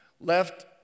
left